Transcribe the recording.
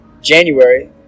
January